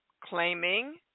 claiming